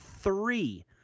three